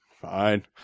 fine